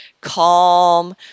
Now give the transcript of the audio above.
calm